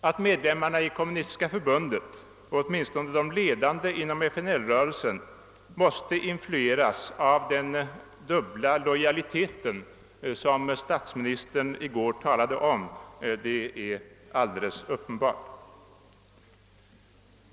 Att medlemmarna i Kommunistiska förbundet och åtminstone de ledande inom FNL-rörelsen måste influeras av den dubbla lojalitet, som statsministern i går talade om, är alldeles uppenbart.